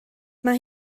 mae